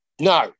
No